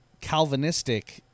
Calvinistic